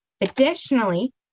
Additionally